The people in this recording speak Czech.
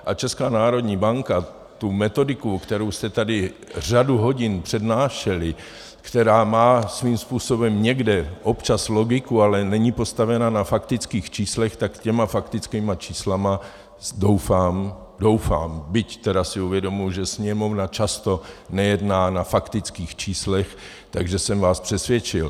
A Česká národní banka tu metodiku, kterou jste tady řadu hodin přednášeli, která má svým způsobem někde občas logiku, ale není postavená na faktických číslech, tak s těmi faktickými čísly, doufám, doufám, byť tedy si uvědomuji, že Sněmovna často nejedná na faktických číslech, že jsem vás přesvědčil.